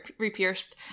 repierced